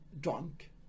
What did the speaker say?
drunk